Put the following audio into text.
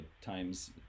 times